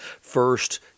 first